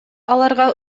аларга